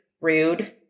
rude